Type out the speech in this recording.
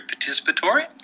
participatory